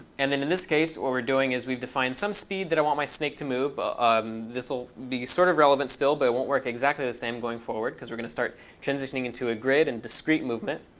and then in this case, what we're doing is we've defined some speed that i want my snake to move, but um this will be sort of relevant still. but it won't work exactly the same going forward, because we're going to start transitioning into a grid and discrete movement.